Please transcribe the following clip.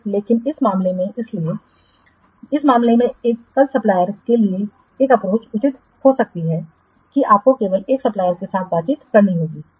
तो लेकिन इस मामले में इसलिए इस मामले में एक एकल सप्लायरके लिए एक अप्रोच उचित हो सकता है कि आपको केवल एक सप्लायरके साथ बातचीत करनी होगी